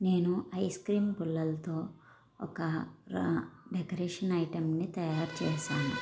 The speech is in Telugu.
నేను ఐస్క్రీమ్ పుల్లలతో ఒక రా డెకరేషన్ ఐటమ్ని తయారు చేశాను